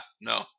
no